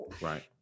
right